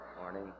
Morning